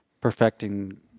perfecting